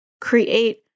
create